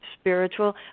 spiritual